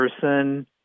person